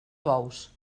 bous